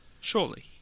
Surely